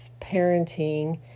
parenting